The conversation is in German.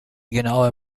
genaue